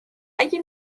اگه